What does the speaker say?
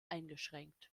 eingeschränkt